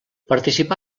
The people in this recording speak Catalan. participà